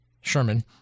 Sherman